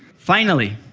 finally,